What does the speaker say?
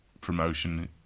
promotion